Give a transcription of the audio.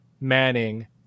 manning